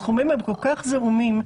הסכומים כל-כך זעומים,